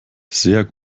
sehr